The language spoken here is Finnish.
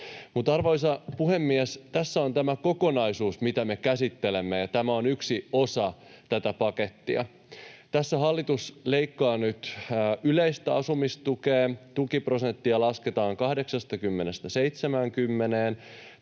Arvoisa puhemies! Tässä on tämä kokonaisuus, mitä me käsittelemme, ja tämä on yksi osa tätä pakettia. Tässä hallitus leikkaa nyt yleistä asumistukea: tukiprosenttia lasketaan 80:stä